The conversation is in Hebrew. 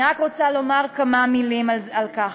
אני רק רוצה לומר כמה מילים על כך: